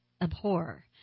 abhor